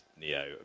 Neo